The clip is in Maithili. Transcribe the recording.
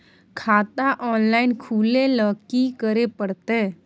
खाता ऑनलाइन खुले ल की करे परतै?